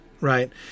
right